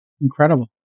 Incredible